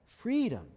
freedom